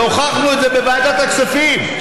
הוכחנו את זה בוועדת הכספים: